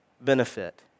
benefit